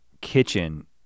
kitchen